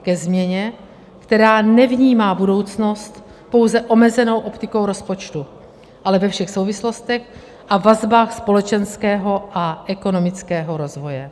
Ke změně, která nevnímá budoucnost pouze omezenou optikou rozpočtu, ale ve všech souvislostech a vazbách společenského a ekonomického rozvoje.